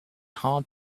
hard